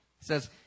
says